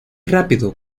rápido